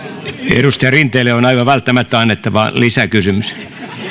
edustaja rinteelle on aivan välttämättä annettava lisäkysymys